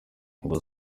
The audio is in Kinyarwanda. ubwo